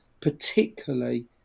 particularly